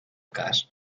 cas